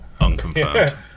unconfirmed